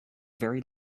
very